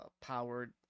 powered